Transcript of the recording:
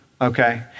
okay